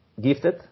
gifted